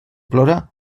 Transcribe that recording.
plora